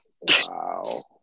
Wow